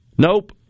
Nope